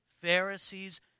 Pharisees